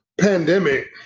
pandemic